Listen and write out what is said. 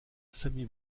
sami